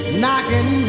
knocking